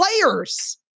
players